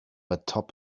atop